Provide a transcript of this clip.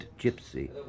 gypsy